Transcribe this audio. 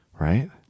right